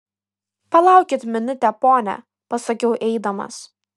palaukit minutę pone pasakiau eidamas